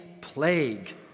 plague